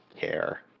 Care